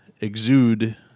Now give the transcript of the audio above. exude